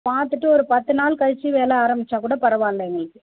பார்த்துட்டு ஒரு பத்து நாள் கழித்து வேலை ஆரம்பிச்சா கூட பரவாயில்ல எங்களுக்கு